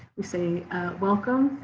we say welcome